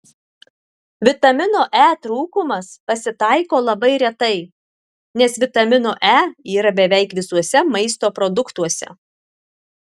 vitamino e trūkumas pasitaiko labai retai nes vitamino e yra beveik visuose maisto produktuose